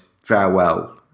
farewell